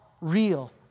real